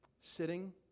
Sitting